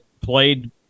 played